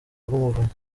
rw’umuvunyi